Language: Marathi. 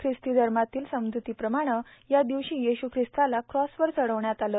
खिस्ती धर्मातील समजुतीप्रमाणं या दिवशी येशू खिस्ताला क्रॉसवर चढवण्यात आलं